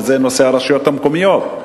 וזה נושא הרשויות המקומיות.